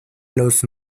los